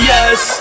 Yes